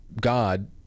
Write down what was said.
God